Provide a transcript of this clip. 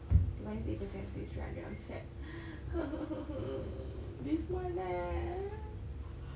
they minus eight percent so it's three hundred so I'm sad this month eh